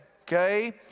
okay